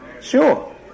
Sure